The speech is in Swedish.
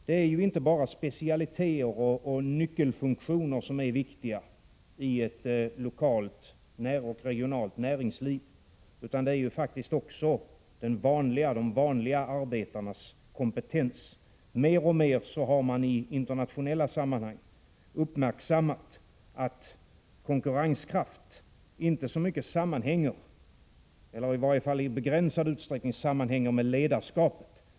Det är inte bara specialiteter och nyckelfunktioner som är viktiga i ett lokalt och regionalt näringsliv, utan det är faktiskt också de vanliga arbetarnas kompetens. Mer och mer har man i internationella sammanhang uppmärksammat att konkurrenskraft inte så mycket eller i varje fall i begränsad utsträckning sammanhänger med ledarskapet.